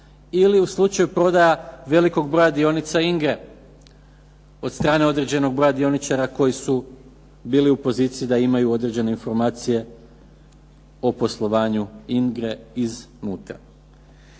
ili u slučaju prodaja velikog broja dionica INGA-e od strane određenog broja dioničara koji su bili u poziciji da imaju određene informacije o poslovanju INGRA-e iznutra.